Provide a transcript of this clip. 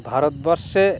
ভারতবর্ষে